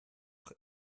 noch